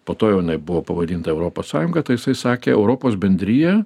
po to jau jinai buvo pavadinta europos sąjunga tai jisai sakė europos bendrija